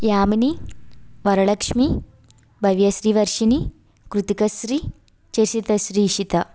Yamini Varalakshmi Bhavyasrivarshini Krithikasri Chasithasrirshita